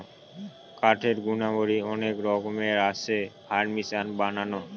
কাঠের গুণাবলী অনেক রকমের আছে, ফার্নিচার বানানো